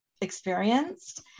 experienced